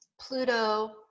Pluto